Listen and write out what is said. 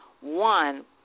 one